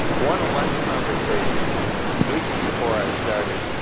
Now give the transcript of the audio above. one a lunch conversation weeks before i started.